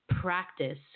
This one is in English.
practice